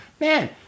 man